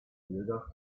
bilder